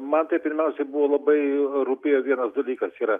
man tai pirmiausiai buvo labai rūpėjo vienas dalykas yra